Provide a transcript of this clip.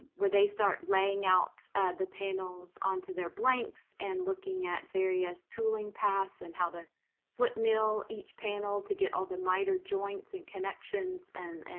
where they start laying out the panels onto their blanks, and looking at various tooling paths, and how to flip mill each panel to get all the miter joints and connections, and